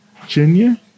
Virginia